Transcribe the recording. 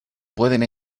puede